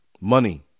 money